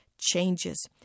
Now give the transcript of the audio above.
changes